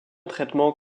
traitement